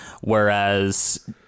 whereas